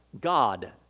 God